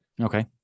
Okay